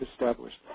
established